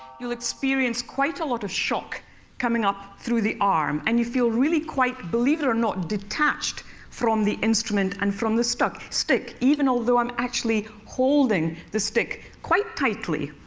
you'll experience quite a lot of shock coming up through the arm. and you feel really quite believe it or not detached from the instrument and from the stick, even though though i'm actually holding the stick quite tightly.